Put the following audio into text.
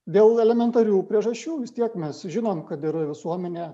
dėl elementarių priežasčių vis tiek mes žinom kad ir visuomenė